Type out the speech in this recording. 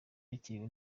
yakiriwe